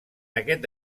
aquest